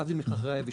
להבדיל מחכירה יבשה.